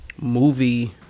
movie